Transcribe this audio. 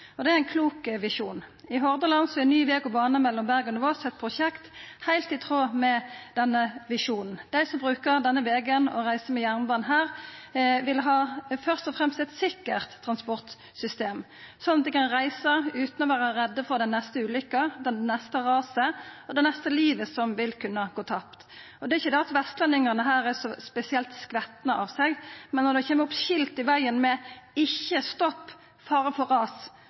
lavutsleppssamfunnet. Det er ein klok visjon. I Hordaland er ny veg og bane mellom Bergen og Voss eit prosjekt heilt i tråd med denne visjonen. Dei som brukar denne vegen og reiser med jernbanen her, vil først og fremst ha eit sikkert transportsystem, slik at dei kan reisa utan å vera redde for den neste ulykka, det neste raset og det neste livet som vil kunna gå tapt. Det er ikkje det at vestlendingane her er spesielt skvetne av seg, men når det kjem opp skilt i vegen der det står «Ikkje stopp, fare for ras»,